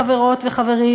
חברות וחברים,